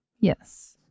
Yes